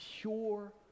pure